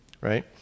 right